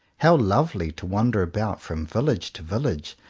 how lovely to wander about from village to village,